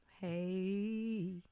Hey